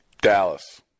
Dallas